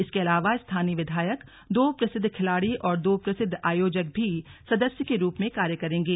इसके अलावा स्थानीय विधायक दो प्रसिद्ध खिलाड़ी और दो प्रसिद्ध आयोजक भी सदस्य के रूप में कार्य करेंगे